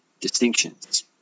distinctions